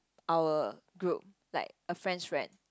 our group like a friend's friend